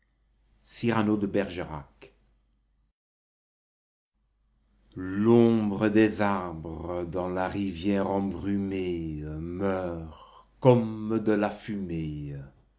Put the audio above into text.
l'ombre des arbres dans la rivière embrumée meurt comme de la fumée